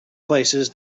places